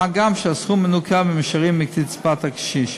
מה גם שהסכום מנוכה במישרין מקצבת הקשיש.